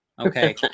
okay